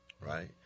Right